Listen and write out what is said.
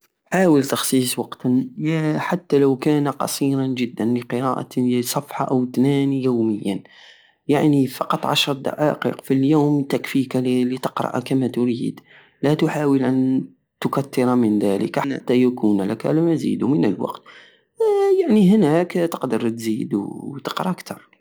حاول تخصيص وقتا حتا لو كان قصيرا جدا لقراءة صفحة او اتنان يوميا يعني فقط عشر دقائق في اليوم تكفيك لتقرأ كما تدير لا تحاول ان تكتر من دلك حتى يكون لك المزيد من الوقت يعني هناك تقدر تزيد وتقرى كتر